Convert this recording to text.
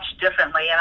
differently